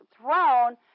throne